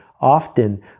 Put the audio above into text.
often